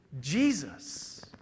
Jesus